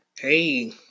Hey